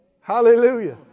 Hallelujah